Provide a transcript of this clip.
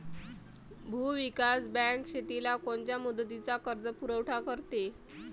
भूविकास बँक शेतीला कोनच्या मुदतीचा कर्जपुरवठा करते?